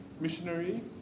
Missionary